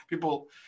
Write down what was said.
People